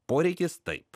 poreikis taip